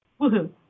Woohoo